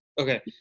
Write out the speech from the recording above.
Okay